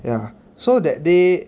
ya so that day